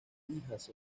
hijas